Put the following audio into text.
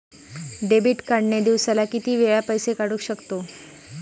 Debit card ने दिवसाला किती वेळा पैसे काढू शकतव?